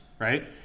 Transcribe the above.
right